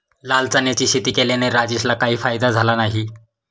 लाल चण्याची शेती केल्याने राजेशला काही फायदा झाला नाही